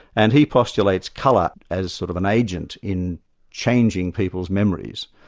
and he postulates colour as sort of an agent in changing people's memories.